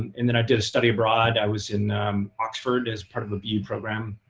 and then, i did a study abroad. i was in oxford, as part of the bu program.